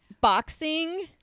boxing